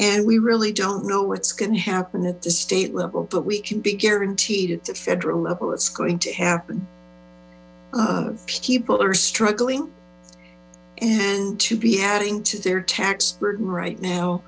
and we really don't know what's going to happen at the state level but we can be guaranteed at the federal level it's going to happen people are struggling and to be adding to their tax burden right now